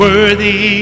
Worthy